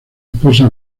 esposa